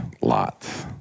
lots